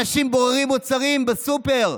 אנשים בוררים מוצרים בסופר,